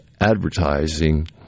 advertising